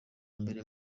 mbere